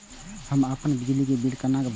हम अपन बिजली के बिल केना भरब?